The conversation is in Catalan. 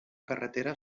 carretera